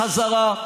בחזרה.